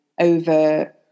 over